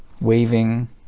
waving